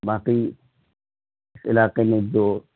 باقی علاقے میں جو